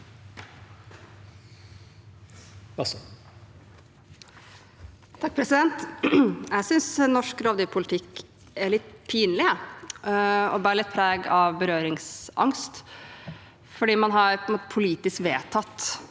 Jeg synes norsk rovdyrpolitikk er litt pinlig og bærer litt preg av berøringsangst. Man har politisk vedtatt